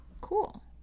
cool